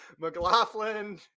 McLaughlin